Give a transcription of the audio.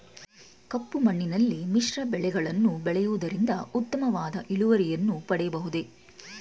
ಕಪ್ಪು ಮಣ್ಣಿನಲ್ಲಿ ಮಿಶ್ರ ಬೆಳೆಗಳನ್ನು ಬೆಳೆಯುವುದರಿಂದ ಉತ್ತಮವಾದ ಇಳುವರಿಯನ್ನು ಪಡೆಯಬಹುದೇ?